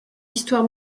histoire